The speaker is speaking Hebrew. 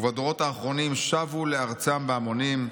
ובדורות האחרונים שבו לארצם בהמונים,